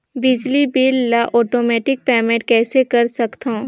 बिजली बिल ल automatic payment कइसे कर सकथव?